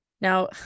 Now